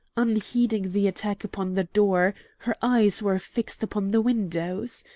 unheeding the attack upon the door, her eyes were fixed upon the windows.